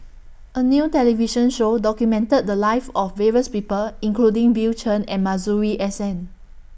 A New television Show documented The Lives of various People including Bill Chen and Masuri S N